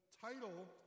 title